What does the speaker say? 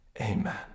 Amen